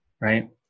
Right